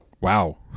Wow